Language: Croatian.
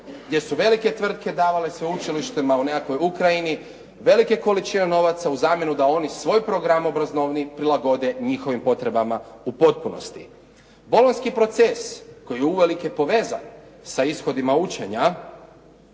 gdje su velike tvrtke davale sveučilištima u nekakvoj Ukrajini velike količine novaca u zamjenu da oni svoj program obrazovni prilagode njihovim potrebama u potpunosti. Bolonjski proces koji je uvelike povezan sa ishodima učenja